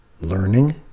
learning